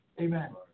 Amen